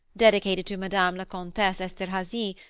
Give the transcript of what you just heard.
dedicated to madame la comtesse esterhazy,